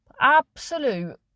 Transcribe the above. absolute